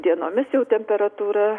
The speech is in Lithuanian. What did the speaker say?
dienomis jau temperatūra